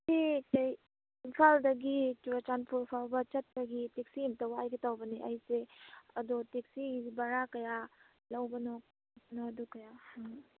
ꯁꯤ ꯀꯩ ꯏꯝꯐꯥꯜꯗꯒꯤ ꯆꯨꯔꯆꯥꯟꯄꯨꯔ ꯐꯥꯎꯕ ꯆꯠꯄꯒꯤ ꯇꯦꯛꯁꯤ ꯑꯝꯇ ꯋꯥꯏꯒꯦ ꯇꯧꯕꯅꯦ ꯑꯩꯁꯦ ꯑꯗꯣ ꯇꯦꯛꯁꯤꯁꯤ ꯚꯔꯥ ꯀꯌꯥ ꯂꯧꯕꯅꯣ ꯅꯣꯗꯨ ꯀꯌꯥ